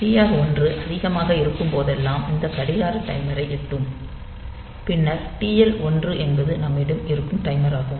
TR 1 அதிகமாக இருக்கும் போதெல்லாம் இந்த கடிகாரம் டைமரை எட்டும் பின்னர் TL 1 என்பது நம்மிடம் இருக்கும் டைமராகும்